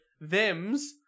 thems